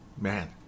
man